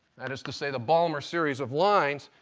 that is to say the balmer series of lines,